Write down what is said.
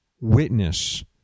witness